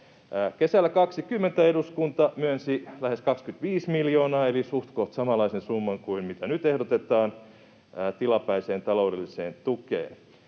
Kesällä 20 eduskunta myönsi lähes 25 miljoonaa eli suhtkoht samanlaisen summan kuin mitä nyt ehdotetaan tilapäiseen taloudelliseen tukeen.